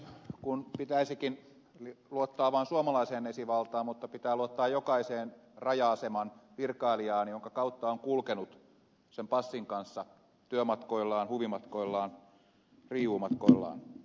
kun pitäisikin luottaa vaan suomalaiseen esivaltaan mutta pitää luottaa jokaiseen raja aseman virkailijaan jonka kautta on kulkenut sen passin kanssa työmatkoillaan huvimatkoillaan riiuumatkoillaan